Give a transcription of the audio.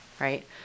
right